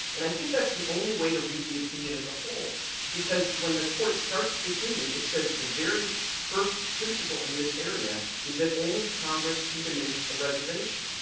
and i think that's the only way to read the opinion as a whole because when the court starts the opinion, it says the very first principle in this area is that only congress can diminish a reservation.